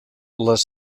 les